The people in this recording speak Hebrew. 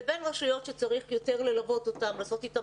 זה לעומת רשויות שצריך ללוות אותן יותר,